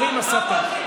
אומרים "הסתה".